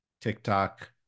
TikTok